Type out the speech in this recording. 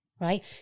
Right